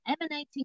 emanating